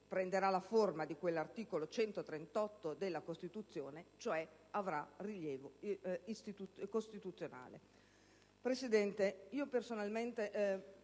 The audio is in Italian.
Presidente, personalmente